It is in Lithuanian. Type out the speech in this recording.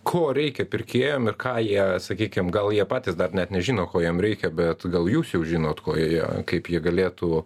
ko reikia pirkėjam ir ką jie sakykim gal jie patys dar net nežino ko jiem reikia bet gal jūs jau žinot ko jie kaip jie galėtų